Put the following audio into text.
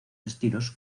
estilos